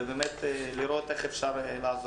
ובאמת צריך לראות איך אפשר לעזור.